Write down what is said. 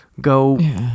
go